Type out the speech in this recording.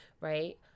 right